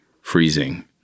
freezing